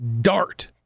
dart